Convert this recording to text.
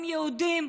הם יהודים,